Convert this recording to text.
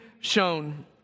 shown